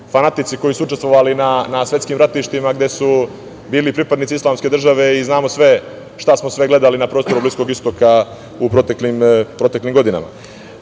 fanatici koji su učestvovali na svetskim ratištima gde su bili pripadnici Islamske države i znamo šta smo sve gledali na prostoru Bliskog istoka u proteklim godinama. Kažemo